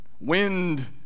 Wind